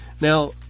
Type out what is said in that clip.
Now